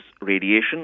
radiation